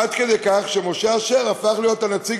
עד כדי כך שמשה אשר הפך להיות הנציג